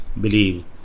believe